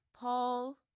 Paul